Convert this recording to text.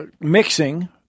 mixing